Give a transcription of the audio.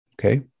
okay